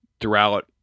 throughout